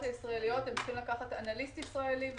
הישראליות הם צריכים לקחת אנליסט ישראלי-